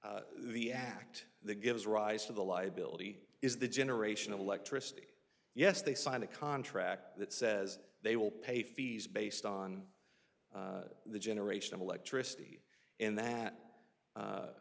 is the act that gives rise to the liability is the generation of electricity yes they sign a contract that says they will pay fees based on the generation of electricity and that